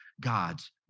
God's